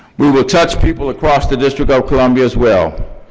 we will touch people across the district of columbia as well,